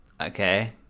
Okay